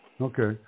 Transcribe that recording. Okay